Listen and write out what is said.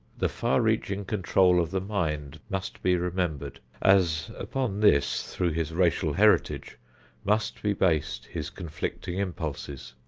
the far-reaching control of the mind must be remembered, as upon this through his racial heritage must be based his conflicting impulses.